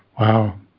Wow